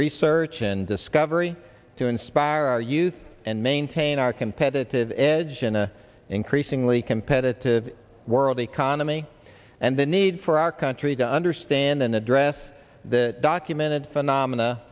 research and discovery to inspire our youth and maintain our competitive edge in an increasingly competitive world economy and the need for our country to understand and address the documented phenomena